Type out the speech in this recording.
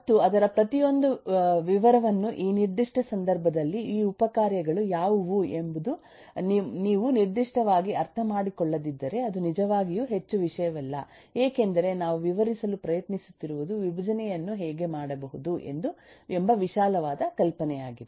ಮತ್ತು ಅದರ ಪ್ರತಿಯೊಂದು ವಿವರವನ್ನು ಈ ನಿರ್ದಿಷ್ಟ ಸಂದರ್ಭದಲ್ಲಿ ಈ ಉಪ ಕಾರ್ಯಗಳು ಯಾವುವು ಎಂಬುದು ನೀವು ನಿರ್ದಿಷ್ಟವಾಗಿ ಅರ್ಥಮಾಡಿಕೊಳ್ಳದಿದ್ದರೆ ಅದು ನಿಜವಾಗಿಯೂ ಹೆಚ್ಚು ವಿಷಯವಲ್ಲ ಏಕೆಂದರೆ ನಾವು ವಿವರಿಸಲು ಪ್ರಯತ್ನಿಸುತ್ತಿರುವುದು ವಿಭಜನೆಯನ್ನು ಹೇಗೆ ಮಾಡಬಹುದು ಎಂಬ ವಿಶಾಲವಾದ ಕಲ್ಪನೆಯಾಗಿದೆ